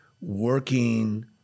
working